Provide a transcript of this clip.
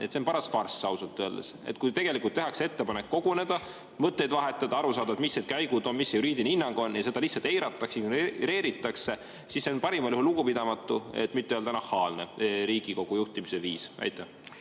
See on paras farss ausalt öeldes. Kui tehakse ettepanek koguneda, mõtteid vahetada, et aru saada, mis need käigud on, mis see juriidiline hinnang on, aga seda lihtsalt eiratakse, ignoreeritakse, siis see on parimal juhul lugupidamatu, et mitte öelda nahaalne Riigikogu juhtimise viis. Austatud